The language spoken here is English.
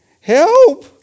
help